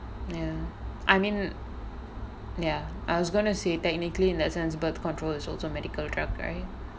ya I mean ya I was gonna say technically in the sense birth control is also medical drug right